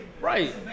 Right